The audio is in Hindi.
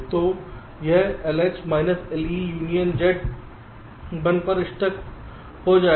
तो यह LH minus LE union Z 1 पर स्टक जाएगा